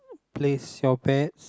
place your bets